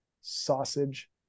sausage